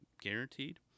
Guaranteed